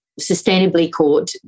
sustainably-caught